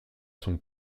son